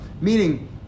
Meaning